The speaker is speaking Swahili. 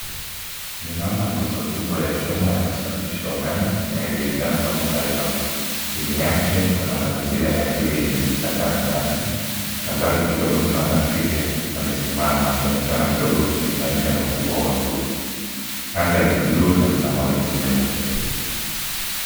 Ninaona nguzo kubwa ya chuma ya kusafirisha umeme inayojulikana kama pilon . Chini yake kuna mazingira ya asili yenye vichaka na nyasi na mbali kidogo ninaona twiga amesimama akionekana mdogo ukilinganisha na ukubwa wa nguzo. Anga ni buluu na lina mawingu meupe.